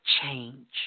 change